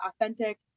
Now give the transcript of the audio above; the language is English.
authentic